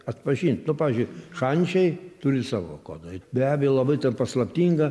atpažint nu pavyzdžiui šančiai turi savo kodą be abejo labai paslaptingą